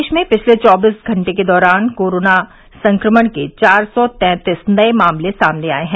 प्रदेश में पिछले चौबीस घंटे के दौरान कोविड संक्रमण के चार सौ तैंतीस नए मामले सामने आएं हैं